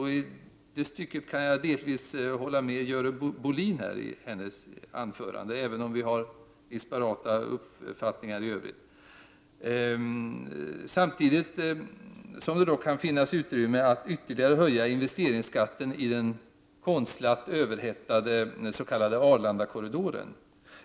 I det avseendet kan jag delvis hålla med vad Görel Bohlin sade i sitt anförande, även om vi har disparata uppfattningar i Övrigt. Samtidigt kan det finnas utrymme att ytterligare höja investeringsskatten i den konstlat överhettade s.k. Arlandakorridoren.